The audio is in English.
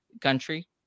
country